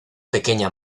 pequeña